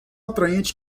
atraente